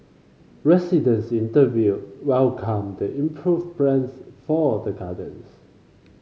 residents interviewed welcomed the improved plans for the gardens